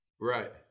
Right